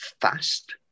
fast